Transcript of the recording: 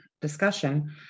discussion